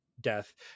death